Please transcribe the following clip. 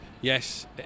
yes